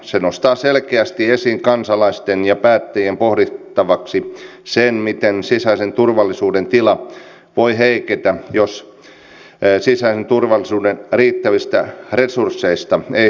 se nostaa selkeästi esiin kansalaisten ja päättäjien pohdittavaksi sen miten sisäisen turvallisuuden tila voi heiketä jos sisäisen turvallisuuden riittävistä resursseista ei huolehdita